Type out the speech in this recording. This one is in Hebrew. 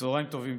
צוהריים טובים.